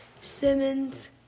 Simmons